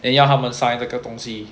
then 要他们 sign 这个东西